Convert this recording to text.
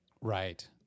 Right